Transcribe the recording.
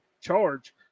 charge